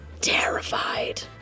terrified